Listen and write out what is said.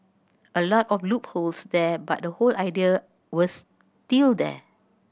a lot of loopholes there but the whole idea was still there